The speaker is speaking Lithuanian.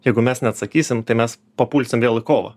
jeigu mes neatsakysim tai mes papulsim vėl į kovą